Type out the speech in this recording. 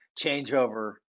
changeover